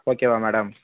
ஓகேவா மேடம்